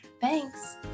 Thanks